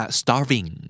starving